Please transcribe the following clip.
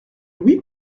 louis